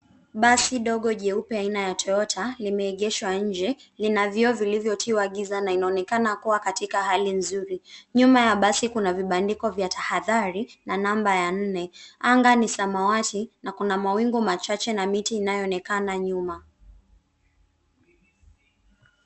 Basi dogo jeupe aina ya Toyota limeegeshwa nje. Lina vioo vilivyotiwa giza na inaonekana kuwa katika hali nzuri. Nyuma ya basi, kuna vibandiko vya tahadhari na namba ya nne. Anga ni samawati na kuna mawingu machache na miti inayoonekana nyuma.